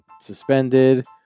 suspended